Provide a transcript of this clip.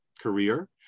career